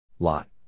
Lot